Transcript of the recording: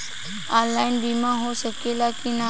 Online बीमा हो सकेला की ना?